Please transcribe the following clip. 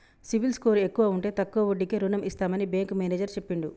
CIBIL score ఎక్కువ ఉంటే తక్కువ వడ్డీకే రుణం ఇస్తామని బ్యాంకు మేనేజర్ చెప్పిండు